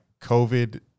COVID